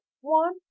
one